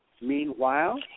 Meanwhile